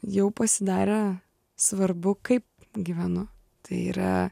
jau pasidarė svarbu kaip gyvenu tai yra